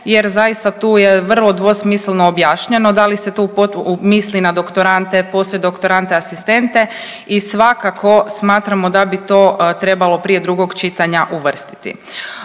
jer zaista tu je vrlo dvosmisleno objašnjeno, da li se tu misli na doktorante, poslijedoktorante, asistente i svakako smatramo da bi to trebalo prije drugog čitanja uvrstiti.